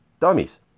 Dummies